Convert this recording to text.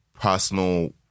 personal